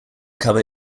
cover